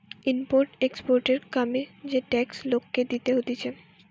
import exporter কামে যে tax লোককে দিতে হতিছে